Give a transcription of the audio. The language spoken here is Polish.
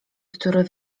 który